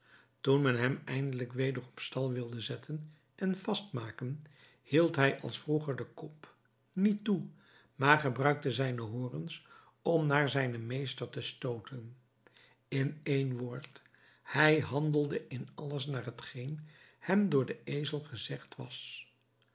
toen men hem eindelijk weder op stal wilde zetten en vast maken hield hij als vroeger den kop niet toe maar gebruikte zijne horens om naar zijnen meester te stooten in een woord hij handelde in alles naar hetgeen hem door den ezel gezegd was